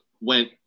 went